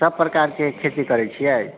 सभ प्रकारके खेती करै छियै